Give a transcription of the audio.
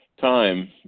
time